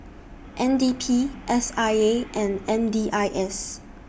N D P S I A and M D I S